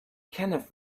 kenneth